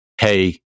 Hey